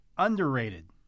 Underrated